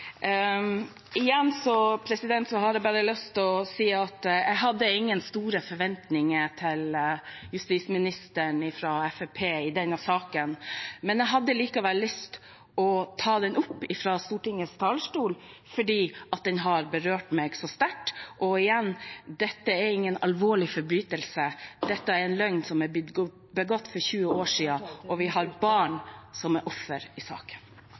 har jeg bare lyst til å si at jeg hadde ingen store forventninger til justisministeren fra Fremskrittspartiet i denne saken, men jeg hadde likevel lyst til å ta den opp fra Stortingets talerstol, fordi den har berørt meg så sterkt. Og igjen: Dette er ingen alvorlig forbrytelse, dette er en løgn som ble begått for 20 år siden, og vi har barn som er offer i saken.